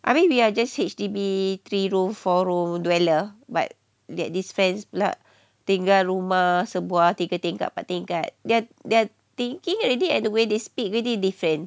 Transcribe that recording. I mean we are just H_D_B three room four room dweller but that this fence pula tinggal rumah sebuah tiga tingkat they're they're thinking already and the way they speak already different